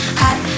hot